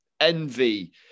envy